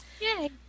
Yay